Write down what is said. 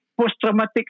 post-traumatic